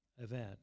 Event